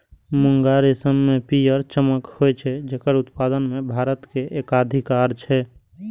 मूंगा रेशम मे पीयर चमक होइ छै, जेकर उत्पादन मे भारत के एकाधिकार छै